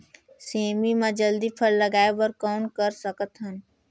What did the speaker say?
सेमी म जल्दी फल लगाय बर कौन कर सकत हन?